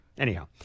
Anyhow